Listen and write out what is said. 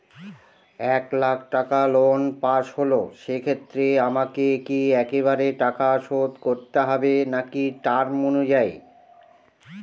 এক লাখ টাকা loan pass হল সেক্ষেত্রে আমাকে কি একবারে টাকা শোধ করতে হবে নাকি টার্ম অনুযায়ী?